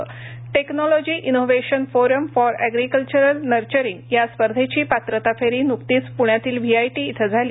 technology innovation forum for agricultural nurturing या स्पर्धेची पात्रता फेरी नुकतीच पृण्यातील व्हीआयटी इथे झाली